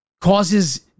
causes